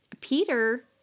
Peter